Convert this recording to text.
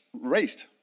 raised